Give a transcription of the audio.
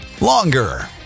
longer